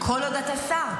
כל עוד אתה שר.